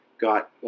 got